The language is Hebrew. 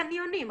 קניונים,